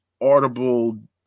Audible